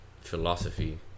philosophy